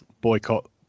boycott